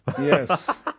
yes